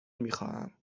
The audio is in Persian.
میخواهم